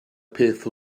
peth